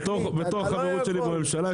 בתור החברות שלי בממשלה,